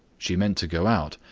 she meant to go out,